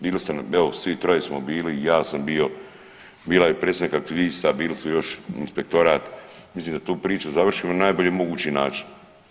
Bili evo svi troje smo bili i ja sam bio, bila je predstavnik aktivista, bili su još inspektorat mislim da tu priču završimo na najbolji mogući način.